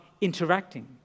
interacting